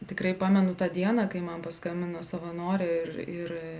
tikrai pamenu tą dieną kai man paskambino savanorė ir ir